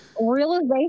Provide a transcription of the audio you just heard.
Realization